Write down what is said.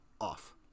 off